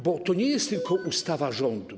Bo to nie jest tylko ustawa rządu.